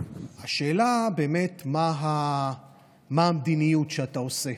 השאלה היא באמת מה המדיניות שאתה עושה.